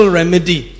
remedy